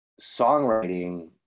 songwriting